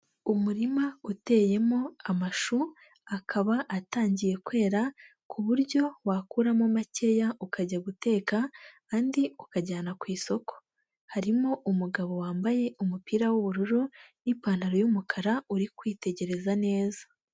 Umurima uteyemo amashu akaba atangiye kwera ku buryo wakuramo makeya ukajya guteka andi ukajyana ku isoko, harimo umugabo wambaye umupira w'ubururu n'ipantaro y'umukara uri kwitegereza neza.